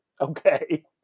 Okay